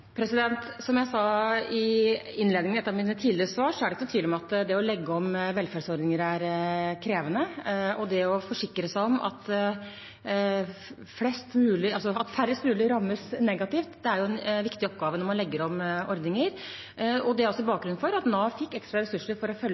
Som jeg sa i innledningen i et av mine tidligere svar, er det ikke noen tvil om at det å legge om velferdsordninger er krevende. Det å forsikre seg om at færrest mulig rammes negativt, er en viktig oppgave når man legger om ordninger. Det er også bakgrunnen for at Nav fikk ekstra ressurser for å følge